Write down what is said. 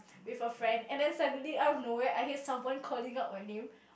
with a friend and then suddenly out of nowhere I hear someone calling out my name